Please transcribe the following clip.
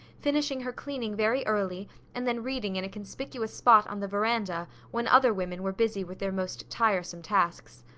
finishing her cleaning very early and then reading in a conspicuous spot on the veranda when other women were busy with their most tiresome tasks.